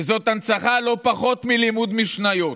וזאת הנצחה לא פחות מלימוד משניות,